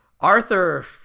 Arthur